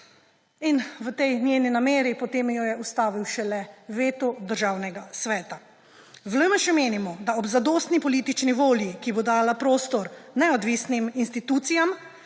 V tej njeni nameri jo je potem ustavil šele veto Državnega sveta. V LMŠ menimo, da ob zadostni politični volji, ki bo dajala prostor neodvisnim institucijam